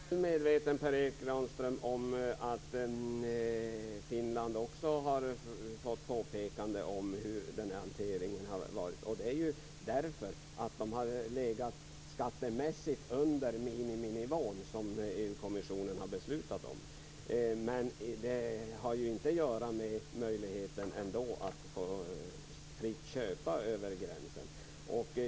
Fru talman! Jag är mycket väl medveten, Per Erik Granström, om att Finland också har fått påpekanden om hur denna hantering har skötts. Det har skett därför att man i Finland har legat skattemässigt under den miniminivå som EU-kommissionen har beslutat om. Men det har inte att göra med möjligheten att få fritt köpa över gränsen.